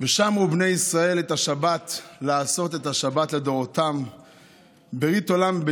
"ושמרו בני ישראל את השבת לעשות את השבת לדֹרֹתם ברית עולם.